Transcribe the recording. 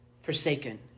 forsaken